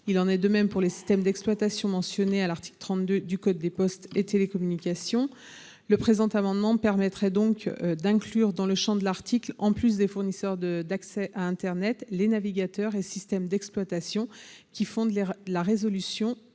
Il en est de même pour les systèmes d’exploitation mentionnés à l’article L. 32 du code des postes et des communications électroniques. Le présent amendement vise donc à inclure dans le champ de l’article, en sus des fournisseurs de services d’accès à internet, les navigateurs et systèmes d’exploitation qui font de la résolution